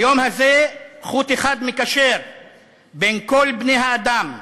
ביום הזה חוט אחד מקשר בין כל בני-האדם,